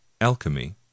alchemy